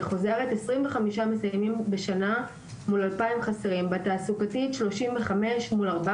אני חוזרת: 25 מסיימים בשנה מול 2,000 חסרים; בתעסוקתית 35 מול 400